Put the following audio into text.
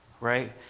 right